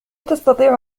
تستطيع